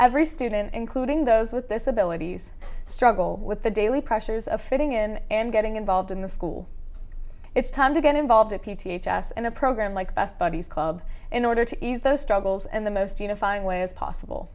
every student including those with disabilities struggle with the daily pressures of fitting in and getting involved in the school it's time to get involved if you teach us and a program like best buddies club in order to ease those struggles and the most unifying way as possible